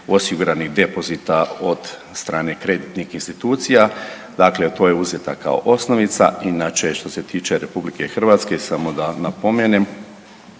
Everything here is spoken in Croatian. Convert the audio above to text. osiguranih depozita od strane kreditnih institucija, dakle to je uzeta kao osnovica. Inače što se tiče RH samo da napomenem